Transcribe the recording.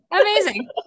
Amazing